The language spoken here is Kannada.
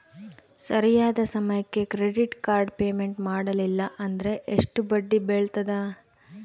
ಸರಿಯಾದ ಸಮಯಕ್ಕೆ ಕ್ರೆಡಿಟ್ ಕಾರ್ಡ್ ಪೇಮೆಂಟ್ ಮಾಡಲಿಲ್ಲ ಅಂದ್ರೆ ಎಷ್ಟು ಬಡ್ಡಿ ಬೇಳ್ತದ?